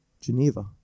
Geneva